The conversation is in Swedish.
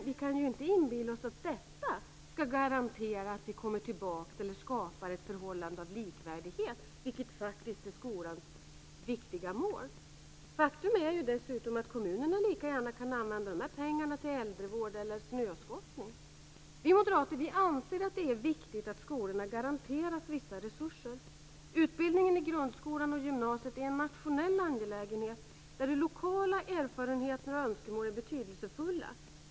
Vi kan inte inbilla oss att detta skall garantera att vi kommer tillbaks till eller skapar ett förhållande av likvärdighet, vilket faktiskt är skolans viktiga mål. Faktum är dessutom att kommunerna lika gärna kan använda dessa pengar till äldrevård eller snöskottning. Vi moderater anser att det är viktigt att skolorna garanteras vissa resurser. Utbildningen i grundskolan och gymnasiet är en nationell angelägenhet, där lokala erfarenheter och önskemål är betydelsefulla.